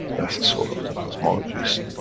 that's the soul of the cosmologist,